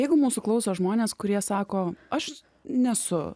jeigu mūsų klauso žmonės kurie sako aš nesu